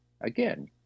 again